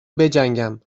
بجنگم